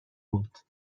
بود